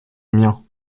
mien